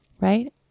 right